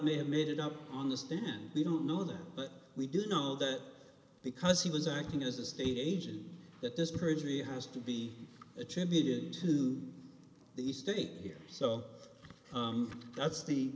may have made it up on the stand we don't know that but we do know that because he was acting as a state agent that this perjury has to be attributed to the state here so that's the